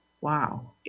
Wow